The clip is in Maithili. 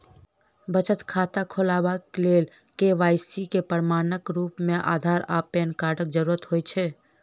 बचत खाता खोलेबाक लेल के.वाई.सी केँ प्रमाणक रूप मेँ अधार आ पैन कार्डक जरूरत होइ छै